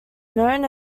known